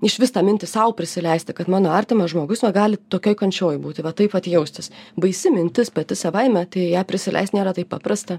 išvis tą mintį sau prisileisti kad mano artimas žmogus va gali tokioj kančioj būti va taip vat jaustis baisi mintis pati savaime tai ją prisileist nėra taip paprasta